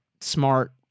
smart